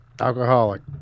alcoholic